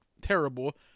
terrible